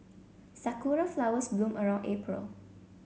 Sakura flowers bloom around April